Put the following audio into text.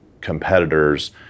competitors